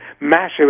massive